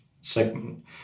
segment